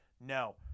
no